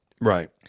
right